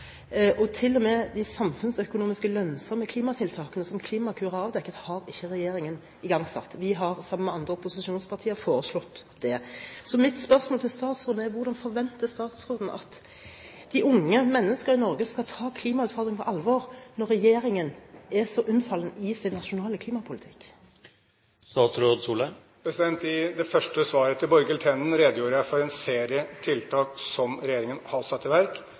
har avdekket, har regjeringen igangsatt. Vi har, sammen med andre opposisjonspartier, foreslått det. Så mitt spørsmål til statsråden er: Hvordan forventer statsråden at unge mennesker i Norge skal ta klimautfordringen på alvor, når regjeringen er så unnfallen i sin nasjonale klimapolitikk? I det første svaret til Borghild Tenden redegjorde jeg for en serie tiltak som regjeringen har satt i verk.